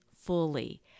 fully